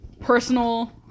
personal